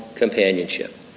companionship